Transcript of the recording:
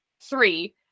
three